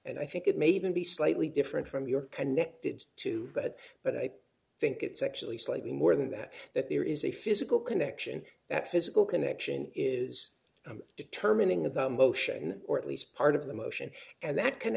and i think it may be slightly different from you're connected to but but i think it's actually slightly more than that that there is a physical connection that physical connection is determining the motion or at least part of the motion and that c